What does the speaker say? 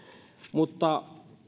mutta